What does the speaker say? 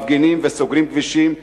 מפגינים וסוגרים כבישים,